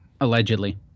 Allegedly